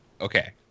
Okay